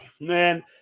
man